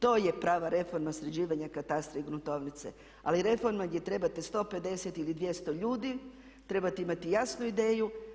To je prava reforma sređivanja katastra i gruntovnice, ali reforma gdje trebate 150 ili 200 ljudi, trebate imati jasnu ideju.